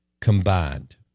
combined